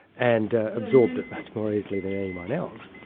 and absorbed it much more easily than anyone else.